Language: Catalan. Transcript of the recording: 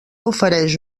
ofereix